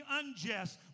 unjust